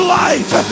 life